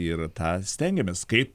ir tą stengiamės kaip